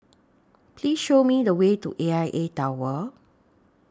Please Show Me The Way to A I A Tower